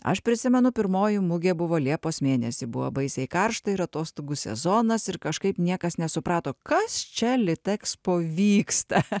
aš prisimenu pirmoji mugė buvo liepos mėnesį buvo baisiai karšta ir atostogų sezonas ir kažkaip niekas nesuprato kas čia litexpo vyksta